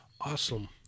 Awesome